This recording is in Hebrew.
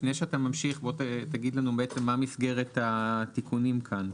לפני שאתה ממשיך בוא תגיד לנו בעצם מה מסגרת התיקונים כאן.